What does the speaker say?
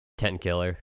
Tenkiller